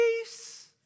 peace